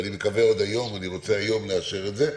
ואני מקווה עוד היום לאשר את זה.